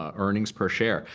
ah earnings per share.